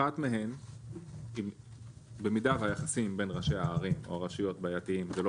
אחת מהן היא במידה והיחסים בין ראשי הערים או הרשויות בעייתיים זה לא